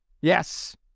Yes